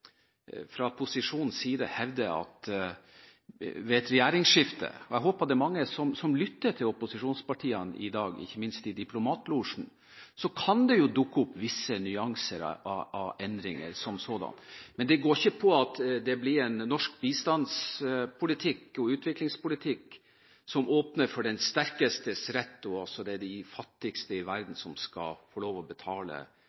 fra posisjonens side hevder, at det ved et regjeringsskifte – jeg håper det er mange som lytter til opposisjonspartiene i dag, ikke minst i diplomatlosjen – kan dukke opp visse nyanser av endringer som sådan, men det går ikke på at det blir en norsk bistandspolitikk og utviklingspolitikk som åpner for den sterkestes rett, og at det er de fattigste i